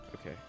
Okay